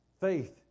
faith